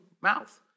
mouth